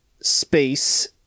space